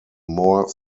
more